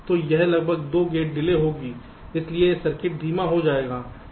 तो यह लगभग 2 गेट डिले होगी इसलिए सर्किट धीमा हो जाएगा